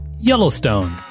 Yellowstone